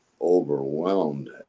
overwhelmed